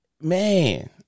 Man